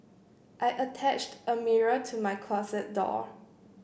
I attached a mirror to my closet door